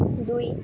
ଦୁଇ